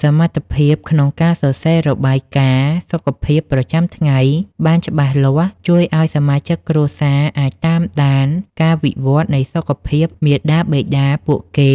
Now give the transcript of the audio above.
សមត្ថភាពក្នុងការសរសេររបាយការណ៍សុខភាពប្រចាំថ្ងៃបានច្បាស់លាស់ ជួយឱ្យសមាជិកគ្រួសារអាចតាមដានការវិវត្តនៃសុខភាពមាតាបិតាពួកគេ